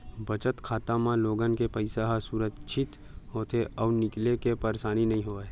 बचत खाता म लोगन के पइसा ह सुरक्छित होथे अउ निकाले के परसानी नइ राहय